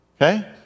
okay